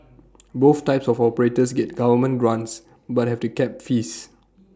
both types of operators get government grants but have to cap fees